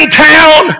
town